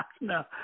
No